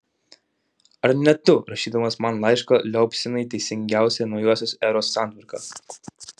ar ne tu rašydamas man laišką liaupsinai teisingiausią naujosios eros santvarką